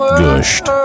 gushed